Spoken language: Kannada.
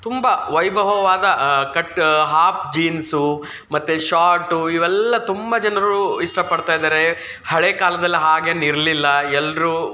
ತುಂಬ ವೈಭವವಾದ ಕಟ್ ಹಾಫ್ ಜೀನ್ಸು ಮತ್ತು ಶಾರ್ಟ್ ಇವೆಲ್ಲಾ ತುಂಬ ಜನರು ಇಷ್ಟ ಪಡ್ತಾ ಇದ್ದಾರೆ ಹಳೆ ಕಾಲದಲ್ಲಿ ಹಾಗೇನೂ ಇರಲಿಲ್ಲ ಎಲ್ಲರೂ